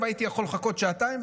הייתי יכול לחכות שעתיים,